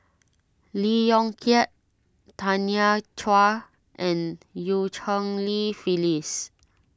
Lee Yong Kiat Tanya Chua and Eu Cheng Li Phyllis